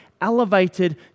elevated